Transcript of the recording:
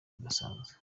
budasanzwe